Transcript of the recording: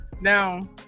now